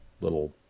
little